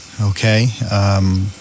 okay